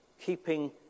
keeping